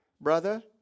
brother